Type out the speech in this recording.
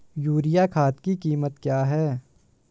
Urea खाद की कीमत क्या है?